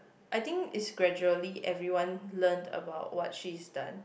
I think is gradually everyone learn about what she is done